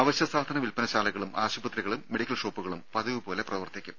അവശ്യ സാധന വിൽപ്പനശാലകളും ആശുപത്രികളും മെഡിക്കൽ ഷോപ്പുകളും പതിവുപോലെ പ്രവർത്തിക്കും